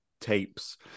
tapes